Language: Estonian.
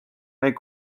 meid